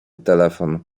telefon